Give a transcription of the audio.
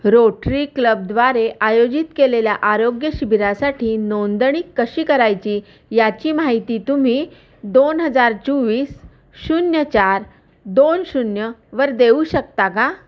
rotary क्लबद्वारे आयोजित केलेल्या आरोग्य शिबिरासाठी नोंदणी कशी करायची याची माहिती तुम्ही दोन हजार चोवीस शून्य चार दोन शून्य वर देऊ शकता का